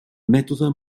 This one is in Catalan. mètode